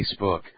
Facebook